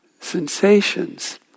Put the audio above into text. sensations